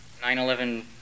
9-11